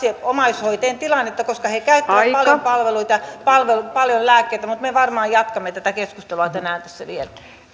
omaishoitajien tilannetta koska he käyttävät paljon palveluita ja paljon lääkkeitä mutta me varmaan jatkamme tätä keskustelua tänään tässä vielä